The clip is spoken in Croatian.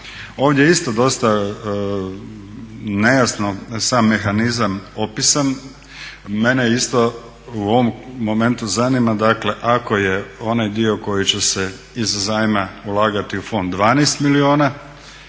Ovdje je isto dosta nejasno sam mehanizam opisan. Mene isto u ovom momentu zanima, dakle ako je onaj dio koji će se iz zajma ulagati u fond 12 milijuna,